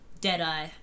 Deadeye